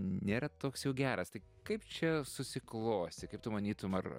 nėra toks jau geras tai kaip čia susiklostė kaip tu manytum ar